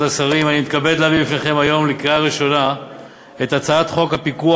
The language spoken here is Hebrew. להביא בפניכם היום לקריאה ראשונה את הצעת חוק הפיקוח